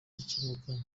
gikemuka